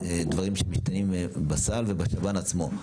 דברים שמשתנים בסל ובשב"ן עצמו.